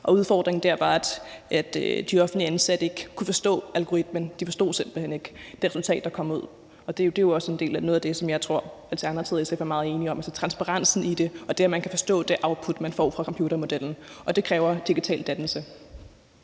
Udfordringen der var, at de offentligt ansatte ikke kunne forstå algoritmen; de forstod simpelt hen ikke det resultat, der kom ud. Og det er jo også noget af det, som jeg tror at vi i Alternativet sikkert er meget enige i, altså transparensen i det og det, at man kan forstå det output, man får fra computermodellen, og det kræver digital dannelse.